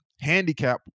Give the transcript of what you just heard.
handicap